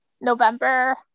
November